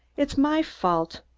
it's my fault.